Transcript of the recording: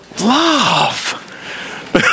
love